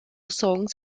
songs